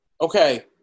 Okay